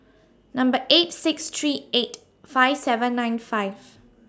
Number eight six three eight five seven nine five